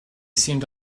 seemed